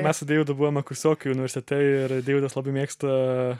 mes su deividu buvome kursiokai universitete ir deividas labai mėgsta